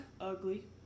ugly